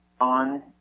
on